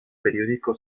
periódico